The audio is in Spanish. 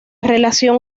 relación